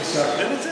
בבקשה.